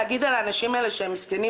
להגיד על האנשים האלה שהם מסכנים,